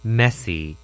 messy